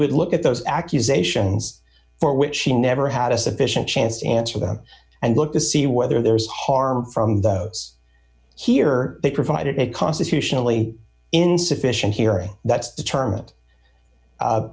would look at those accusations for which she never had a sufficient chance to answer them and look to see whether there is harm from those here they provided a constitutionally insufficient hearing that's determined